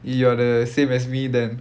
you are the same as me then